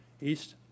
East